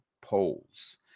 poles